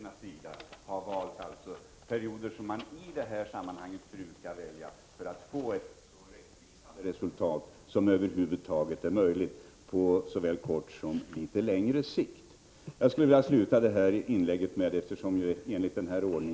Statistikerna har istället valt en period som man i det här sammanhanget brukar välja för att få ett så rättvisande resultat som över huvud taget är möjligt på såväl kort som litet längre sikt. Enligt den ordning som gäller för frågedebatterna får ju Lennart Brunander sista ordet.